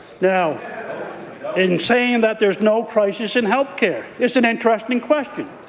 now in saying that there's no crisis in health care, it's an interesting question.